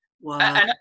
Wow